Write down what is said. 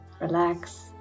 relax